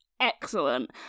Excellent